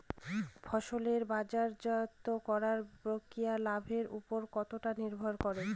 ফসলের বাজারজাত করণ প্রক্রিয়া লাভের উপর কতটা নির্ভর করে?